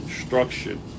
instruction